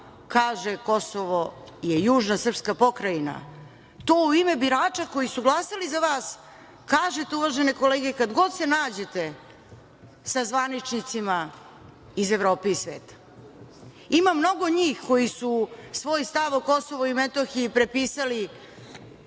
kaže Kosovo je južna srpska pokrajina, to u ime birača koji su glasali za vas, kažete, uvažene kolege kada god se nađete sa zvaničnicima iz Evrope i sveta. Ima mnogo njih koji su svoj stav o Kosovu i Metohiji prepisali